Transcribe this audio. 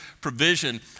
provision